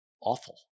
awful